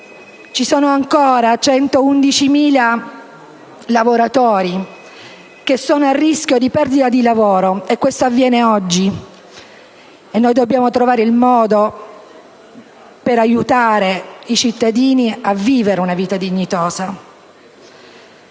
Ci sono ancora 111.000 lavoratori che sono a rischio di perdita di lavoro. Questo avviene oggi. Dobbiamo trovare il modo di aiutare i cittadini a vivere una vita dignitosa.